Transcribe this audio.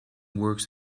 works